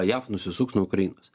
jav nusisuks nuo ukrainos